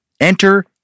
Enter